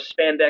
spandex